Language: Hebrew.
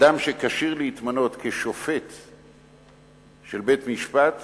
אדם שכשיר להתמנות כשופט של בית-משפט